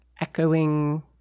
echoing